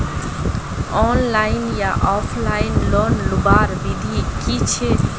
Online या offline loan लुबार विधि की छे?